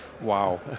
Wow